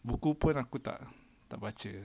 buku pun aku tak baca